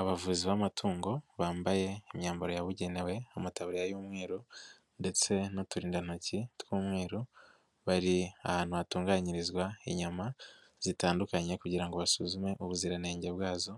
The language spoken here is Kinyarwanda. Abavuzi b'amatungo bambaye imyambaro yabugenewe, amataburiya y'umweru ndetse n'uturindantoki tw'umweru, bari ahantu hatunganyirizwa inyama zitandukanye kugira ngo basuzume ubuziranenge bwazo,